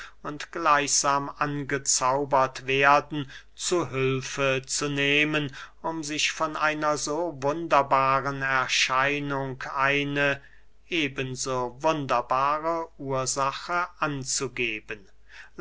und gleichsam angezaubert werden zu hülfe zu nehmen um sich von einer so wunderbaren erscheinung eine eben so wunderbare ursache anzugeben